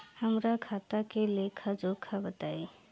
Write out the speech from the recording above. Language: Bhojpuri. हमरा खाता के लेखा जोखा बताई?